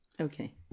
Okay